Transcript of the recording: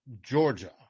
Georgia